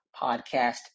podcast